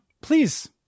please